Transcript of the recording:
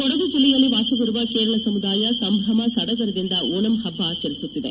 ಕೊಡಗು ಜಿಲ್ಲೆಯಲ್ಲಿ ವಾಸವಿರುವ ಕೇರಳ ಸಮುದಾಯ ಸಂಭ್ರಮ ಸಡಗರದಿಂದ ಓಣಂ ಹಬ್ಬ ಆಚರಿಸುತ್ತಿದೆ